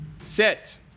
Sit